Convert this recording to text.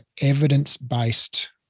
evidence-based